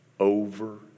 over